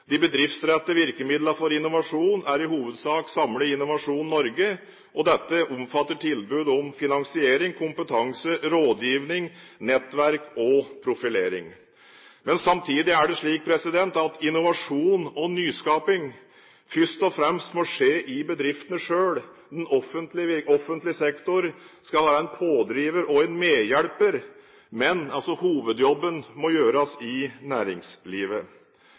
De bedriftsrettede virkemidlene for innovasjon er i hovedsak samlet i Innovasjon Norge. Dette omfatter tilbud om finansiering, kompetanse, rådgivning, nettverk og profilering. Men samtidig er det slik at innovasjon og nyskaping først og fremst må skje i bedriftene selv. Den offentlige sektor skal være en pådriver og en medhjelper, men hovedjobben må gjøres i næringslivet.